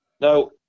now